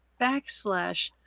backslash